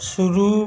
शुरू